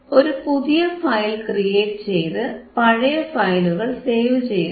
ഒരു പുതിയ file create ചെയ്ത് പഴയ ഫയലുകൾ സേവ് ചെയ്യുന്നു